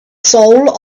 soul